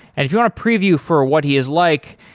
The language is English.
if you want to preview for what he is like,